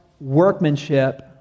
workmanship